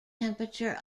temperature